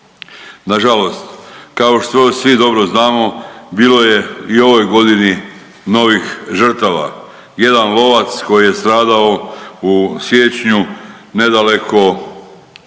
Nažalost kao što svi dobro znamo, bilo je i u ovoj godini novih žrtava. Jedan lovac koji je stradao u siječnju nedaleko Hrvaca,